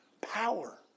power